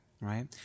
right